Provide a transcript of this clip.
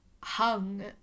hung